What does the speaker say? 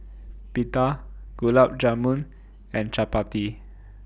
Pita Gulab Jamun and Chapati